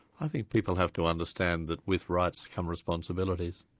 i think people have to understand that with rights come responsibilities,